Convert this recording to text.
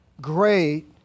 great